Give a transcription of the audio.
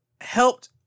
helped